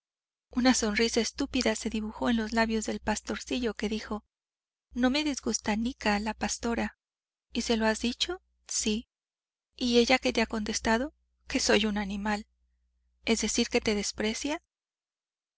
una sonrisa estúpida se dibujó en los labios del pastorcillo que dijo no me disgusta anica la pastora y se lo has dicho sí y ella qué te ha contestado que soy un animal es decir que te desprecia